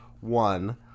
one